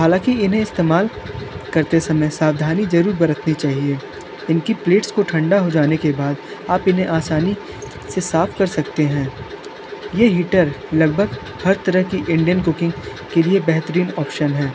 हालांकि इन्हें इस्तेमाल करते समय सावधानी ज़रूर बरतनी चाहिए इनकी प्लेट्स को ठंडा हो जाने के बाद आप इन्हें आसानी से साफ़ कर सकते हैं यह हीटर लगभग हर तरह की इंडियन कुकिंग के लिए बेहतरीन ऑप्शन है